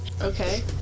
Okay